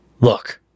Look